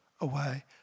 away